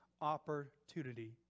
opportunity